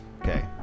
Okay